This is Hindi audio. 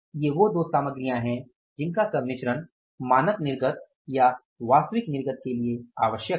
ये वो दो सामग्रियां हैं जिनका सम्मिश्रण मानक निर्गत या वास्तविक निर्गत के लिए आवश्यक हैं